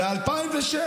ב-2006,